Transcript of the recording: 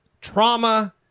trauma